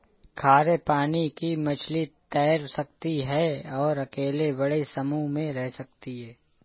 खारे पानी की मछली तैर सकती है और अकेले बड़े समूह में रह सकती है